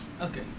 Okay